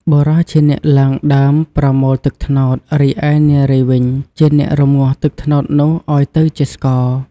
បុរសជាអ្នកឡើងដើមប្រមូលទឹកត្នោត រីឯនារីវិញជាអ្នករំងាស់ទឹកត្នោតនោះឱ្យទៅជាស្ករ។